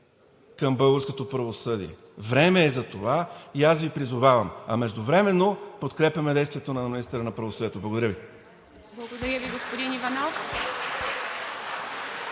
към българското правосъдие. Време е за това и аз Ви призовавам, а междувременно подкрепяме действието на министъра на правосъдието. Благодаря Ви. (Ръкопляскания от